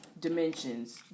dimensions